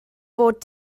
fod